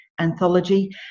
anthology